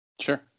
Sure